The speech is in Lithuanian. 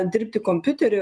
dirbti kompiuteriu